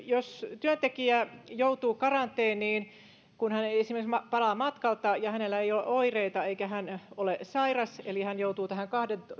jos työntekijä joutuu karanteeniin kun hän esimerkiksi palaa matkalta ja hänellä ei ole oireita eikä hän ole sairas eli hän joutuu tähän kahden